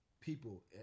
people